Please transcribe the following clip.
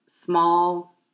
small